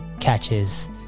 catches